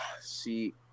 See